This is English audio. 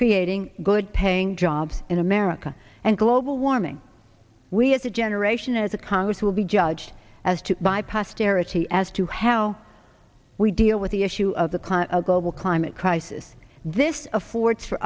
creating good paying jobs in america and global warming we as a generation as a congress will be judged as to by posterity as to how we deal with the issue of the current global climate crisis this affords for